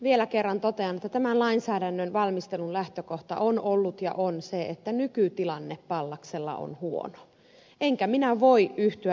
vielä kerran totean että tämän lainsäädännön valmistelun lähtökohta on ollut ja on se että nykytilanne pallaksella on huono enkä minä voi yhtyä ed